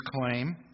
claim